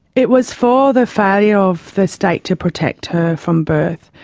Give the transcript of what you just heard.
it was for the failure of the state to protect her from birth.